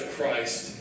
Christ